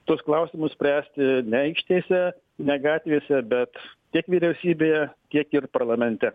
tuos klausimus spręsti ne aikštėse ne gatvėse bet tiek vyriausybėje tiek ir parlamente